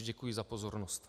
Děkuji za pozornost.